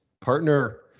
partner